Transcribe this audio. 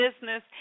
business